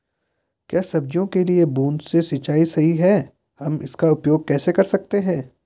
क्या सब्जियों के लिए बूँद से सिंचाई सही है हम इसका उपयोग कैसे कर सकते हैं?